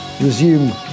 resume